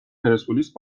پرسپولیس